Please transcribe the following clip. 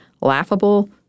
laughable